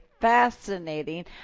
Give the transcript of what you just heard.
fascinating